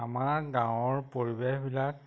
আমাৰ গাঁৱৰ পৰিৱেশবিলাক